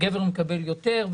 הגבר מקבל יותר.